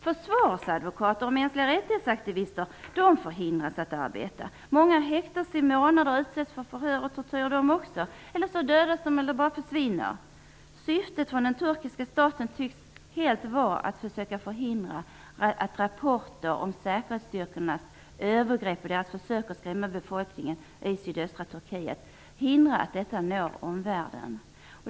Försvarsadvokater och mänskliga-rättighetsaktivister förhindras att arbeta. Många häktas i månader och utästts för förhör och tortyr. Andra dödas eller bara försvinner. Den turkiska statens syfte tycks vara att försöka förhindra att rapporter om säkerhetsstyrkornas övergrepp och försök att skrämma befolkningen i sydöstra Turkiet når omvärlden.